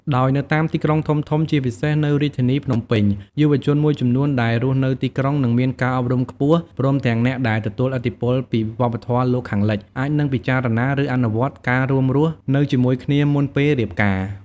ដោយនៅតាមទីក្រុងធំៗ ជាពិសេសនៅរាជធានីភ្នំពេញ យុវជនមួយចំនួនដែលរស់នៅទីក្រុង និងមានការអប់រំខ្ពស់ ព្រមទាំងអ្នកដែលទទួលឥទ្ធិពលពីវប្បធម៌លោកខាងលិច អាចនឹងពិចារណា ឬអនុវត្តការរួមរស់នៅជាមួយគ្នាមុនពេលរៀបការ។